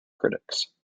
critics